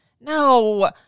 no